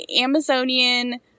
amazonian